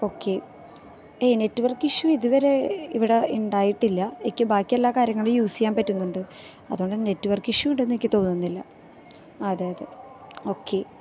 okay ഏയ് network issue ഇതുവരെ ഇവിടെ ഉണ്ടായിട്ടില്ല എയ്ക്ക് ബാക്കിയെല്ലാ കാര്യങ്ങളും യൂസ് ചെയ്യാന് പറ്റുന്നുണ്ട് അതുകൊണ്ട് നെറ്റ് വര്ക്ക് ഇഷ്യൂ ഉണ്ടെന്നെനിക്ക് തോന്നുന്നില്ല അതെ അതെ ഓക്കെ